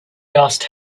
dust